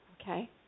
Okay